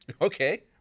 Okay